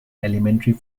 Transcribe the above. elementary